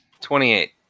Twenty-eight